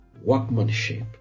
workmanship